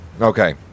Okay